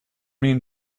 mean